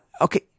okay